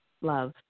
love